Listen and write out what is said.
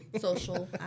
Social